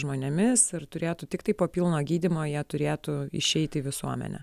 žmonėmis ir turėtų tiktai po pilno gydymo jie turėtų išeit į visuomenę